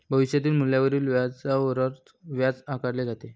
भविष्यातील मूल्यावरील व्याजावरच व्याज आकारले जाते